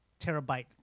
terabyte